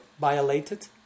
violated